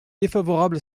défavorable